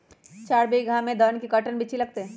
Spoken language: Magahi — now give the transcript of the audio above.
चार बीघा में धन के कर्टन बिच्ची लगतै?